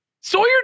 Sawyer